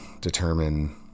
determine